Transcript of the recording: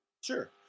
Sure